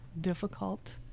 difficult